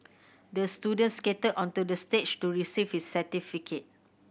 the student skated onto the stage to receive his certificate